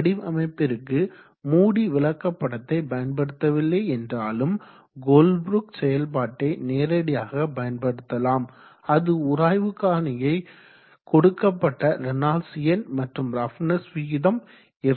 வடிவமைப்பிற்கு மூடி விளக்கப்படத்தை பயன்படுத்தவில்லை என்றாலும் கோல்ப்ரூக் செயல்பாட்டை நேரடியாக பயன்படுத்தலாம் அது உராய்வு காரணியை கொடுக்கப்பட்ட ரேனால்ட்ஸ் எண் மற்றும் ரஃப்னஸ் விகிதம் ε